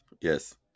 yes